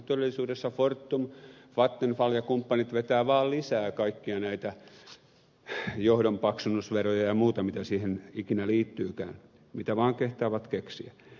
todellisuudessa fortum vattenfall ja kumppanit vetävät vaan lisää kaikkia näitä johdonpaksunnosveroja ja muita mitä siihen ikinä liittyykään mitä vaan kehtaavat keksiä